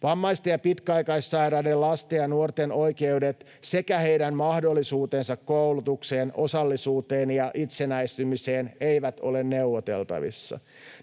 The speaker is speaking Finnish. Vammaisten ja pitkäaikaissairaiden lasten ja nuorten oikeudet sekä heidän mahdollisuutensa koulutukseen, osallisuuteen ja itsenäistymiseen eivät ole neuvoteltavissa.